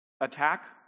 attack